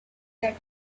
that